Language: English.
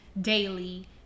daily